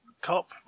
cop